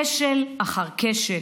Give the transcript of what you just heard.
כשל אחר כשל: